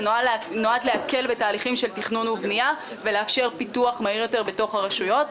זה נועד להקל בתהליכים של תכנון ובנייה ולאפשר פיתוח מהיר יותר ברשויות.